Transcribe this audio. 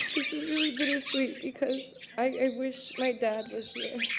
this is really bittersweet because i wish my dad was here.